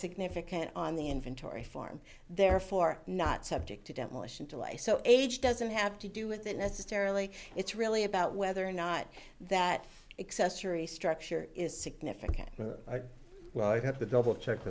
significant on the inventory form therefore not subject to demolition to i so age doesn't have to do with it necessarily it's really about whether or not that excess yury structure is significant well i have to double check